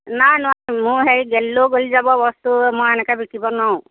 নাই নোৱাৰোঁ মোৰ সেই গেলিলেও গেলি যাব বস্তু মই এনেকৈ বিকিব নোৱাৰোঁ